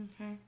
Okay